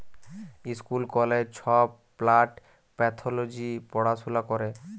school কলেজে ছব plant pathology পড়াশুলা ক্যরে